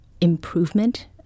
improvement